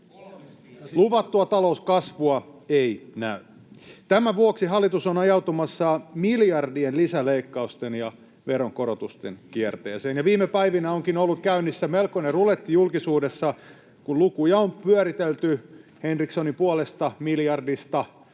luvattua talouskasvua ei näy. Tämän vuoksi hallitus on ajautumassa miljardien lisäleikkausten ja veronkorotusten kierteeseen, ja viime päivinä onkin ollut käynnissä melkoinen ruletti julkisuudessa, kun lukuja on pyöritelty Henrikssonin puolesta miljardista